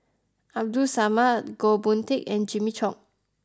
Abdul Samad Goh Boon Teck and Jimmy Chok